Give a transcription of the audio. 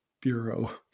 Bureau